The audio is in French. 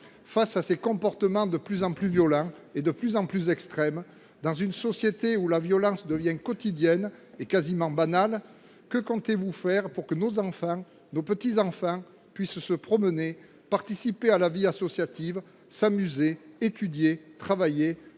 Face à des comportements de plus en plus violents et de plus en plus extrêmes, dans une société où la violence devient quotidienne et quasiment banale, que compte faire le Gouvernement pour que nos enfants et nos petits enfants puissent se promener, participer à la vie associative, s’amuser, étudier, travailler,